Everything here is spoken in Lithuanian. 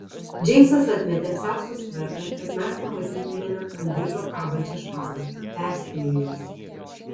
džeimsas atmetė apsiausto skverną kad mes pamatytumėme ant diržo kabančią špagą perspėju jus